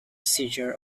seizure